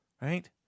right